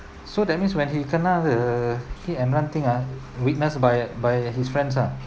so that means when he kena the hit and run thing ah witness by by his friends ah